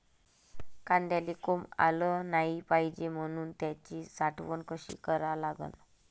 कांद्याले कोंब आलं नाई पायजे म्हनून त्याची साठवन कशी करा लागन?